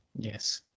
Yes